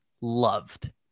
loved